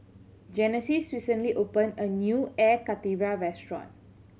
Genesis recently opened a new Air Karthira restaurant